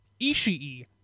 Ishii